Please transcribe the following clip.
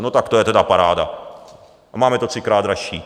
No tak to je tedy paráda a máme to třikrát dražší.